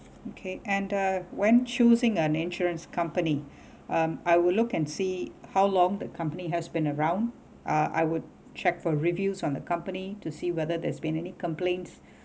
okay and uh when choosing an insurance company um I will look and see how long the company has been around uh I would check for reviews on the company to see whether there's been any complaints